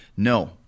No